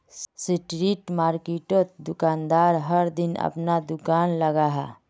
street मार्किटोत दुकानदार हर दिन अपना दूकान लगाहा